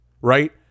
right